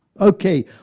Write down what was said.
Okay